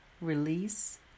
release